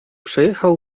przejechał